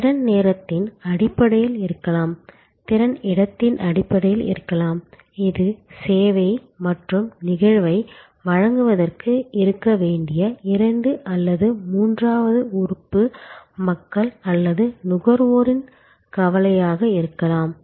எனவே திறன் நேரத்தின் அடிப்படையில் இருக்கலாம் திறன் இடத்தின் அடிப்படையில் இருக்கலாம் இது சேவை மற்றும் நிகழ்வை வழங்குவதற்கு இருக்க வேண்டிய இரண்டு அல்லது மூன்றாவது உறுப்பு மக்கள் அல்லது நுகர்வோரின் கலவையாக இருக்கலாம்